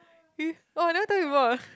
oh I never tell you before ah